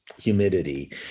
humidity